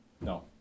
No